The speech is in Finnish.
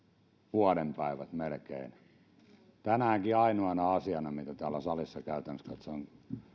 vuoden päivät melkein tänäänkin ainoana asiana mitä täällä salissa käytännössä katsoen